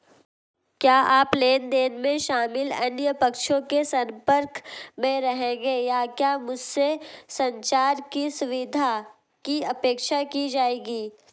क्या आप लेन देन में शामिल अन्य पक्षों के संपर्क में रहेंगे या क्या मुझसे संचार की सुविधा की अपेक्षा की जाएगी?